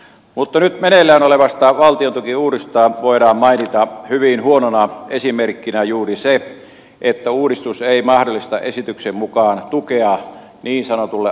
mutta nyt meneillään olevasta valtiontukiuudistuksesta voidaan mainita hyvin huonona esimerkkinä juuri se että uudistus ei mahdollista esityksen mukaan tukea niin sanotulle alkutuotannolle laisinkaan